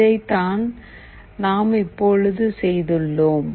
இதைத்தான் நாம் இப்பொழுது செய்துள்ளோம்